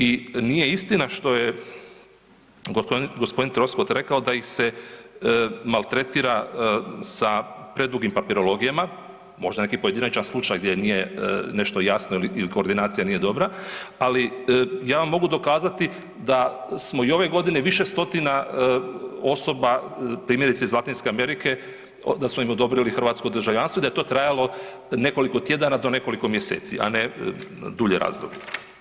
I nije istina što je g. Troskot rekao da ih se maltretira sa predugim papirologijama, možda neki pojedinačan slučaj gdje nije nešto jasno ili koordinacija nije dobra, ali ja vam mogu dokazati da smo i ove godine više stotina osoba, primjerice iz Latinske Amerike, da smo im odobrili hrvatsko državljanstvo i da je to trajalo nekoliko tjedana do nekoliko mjeseci, a ne dulje razdoblje.